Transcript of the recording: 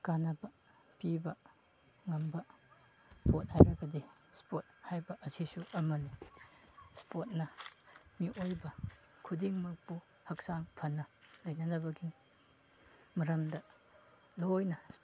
ꯀꯥꯟꯅꯕ ꯄꯤꯕ ꯉꯝꯕ ꯄꯣꯠ ꯍꯥꯏꯔꯒꯗꯤ ꯏꯁꯄꯣꯔꯠ ꯍꯥꯏꯕ ꯑꯁꯤꯁꯨ ꯑꯃꯅꯤ ꯏꯁꯄꯣꯔꯠꯅ ꯃꯤꯑꯣꯏꯕ ꯈꯨꯗꯤꯡꯃꯛꯄꯨ ꯍꯛꯆꯥꯡ ꯐꯅ ꯂꯩꯅꯅꯕꯒꯤ ꯃꯔꯝꯗ ꯂꯣꯏꯅ ꯏꯁꯄꯣꯔꯠꯇ